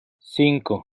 cinco